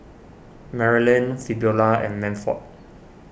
Marylin Fabiola and Manford